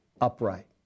upright